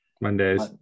Mondays